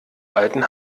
alten